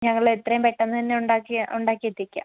ഞങ്ങൾ എത്രയും പെട്ടന്ന് തന്നെ ഉണ്ടാക്കി ഉണ്ടാക്കി എത്തിക്കാം